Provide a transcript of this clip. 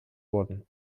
wurden